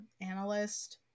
analyst